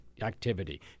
activity